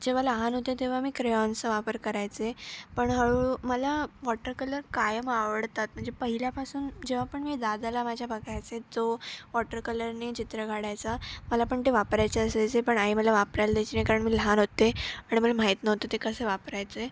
जेव्हा लहान होते तेव्हा मी क्रेयॉन्सचा वापर करायचे पण हळूहळू मला वॉटर कलर कायम आवडतात म्हणजे पहिल्यापासून जेव्हा पण मी दादाला माझ्या बघायचे जो वॉटर कलरने चित्र काढायचा मला पण ते वापरायचे असायचे पण आई मला वापरायला द्यायची नाही कारण मी लहान होत्ते आणि मला माहीत नव्हतं ते कसे वापरायचे